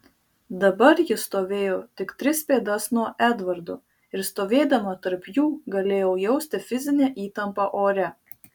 dabar jis stovėjo tik tris pėdas nuo edvardo ir stovėdama tarp jų galėjau jausti fizinę įtampą ore